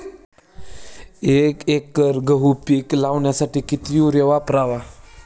एक एकर गहू पीक लावण्यासाठी किती युरिया वापरावा?